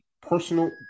personal